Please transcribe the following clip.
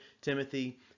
Timothy